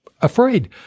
afraid